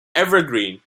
evergreen